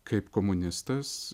kaip komunistas